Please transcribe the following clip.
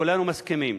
כולנו מסכימים.